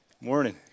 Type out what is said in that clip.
Morning